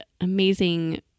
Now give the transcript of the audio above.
amazing